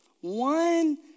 One